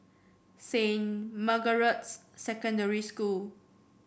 Saint Margaret's Secondary School